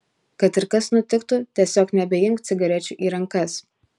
kad ir kas nutiktų tiesiog nebeimk cigarečių į rankas